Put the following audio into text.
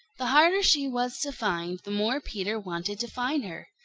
the harder she was to find, the more peter wanted to find her.